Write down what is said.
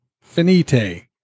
finite